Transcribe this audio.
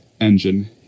engine